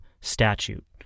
statute